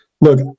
look